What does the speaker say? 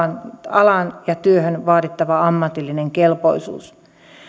alaan ja työhön vaadittava ammatillinen kelpoisuus